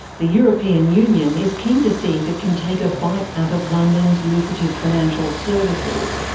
the european union is keen to see if it can take a bite out of london's lucrative financial services,